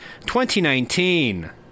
2019